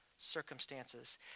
Circumstances